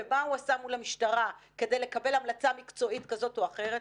ומה הוא עשה מול המשטרה כדי לקבל המלצה מקצועית כזאת או אחרת.